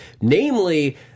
Namely